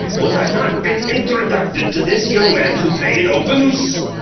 was i not been introducted to this young man who play in opens?